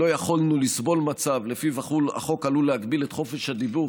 לא יכולנו לסבול מצב שלפיו החוק עלול להגביל את חופש הדיבור,